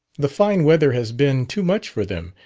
the fine weather has been too much for them,